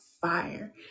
fire